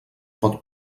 pot